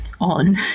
on